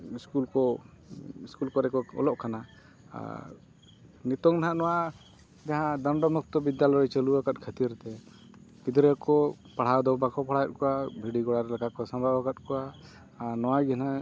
school ᱠᱚ school ᱠᱚᱨᱮᱜ ᱠᱚ ᱚᱞᱚᱜ ᱠᱟᱱᱟ ᱟᱨ ᱱᱤᱛᱚᱜ ᱱᱟᱜ ᱱᱚᱣᱟ ᱡᱟᱦᱟᱸ ᱫᱚᱱᱰᱚ ᱢᱩᱠᱛᱚ ᱵᱤᱫᱽᱫᱟᱞᱚᱭ ᱪᱟᱹᱞᱩ ᱟᱠᱟᱫ ᱠᱷᱟᱹᱛᱤᱨᱛᱮ ᱜᱤᱫᱽᱨᱟᱹ ᱠᱚ ᱯᱟᱲᱦᱟᱣ ᱫᱚ ᱵᱟᱠᱚ ᱯᱟᱲᱦᱟᱣᱮᱫ ᱠᱚᱣᱟ ᱵᱷᱤᱰᱤ ᱜᱚᱲᱟ ᱨᱮ ᱞᱮᱠᱟ ᱠᱚ ᱥᱟᱵᱟᱣ ᱠᱟᱫ ᱠᱚᱣᱟ ᱟᱨ ᱱᱚᱣᱟ ᱜᱮ ᱱᱟᱦᱟᱜ